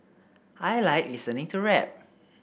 I like listening to rap